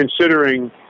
considering